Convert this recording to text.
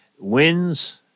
Wins